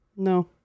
no